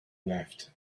left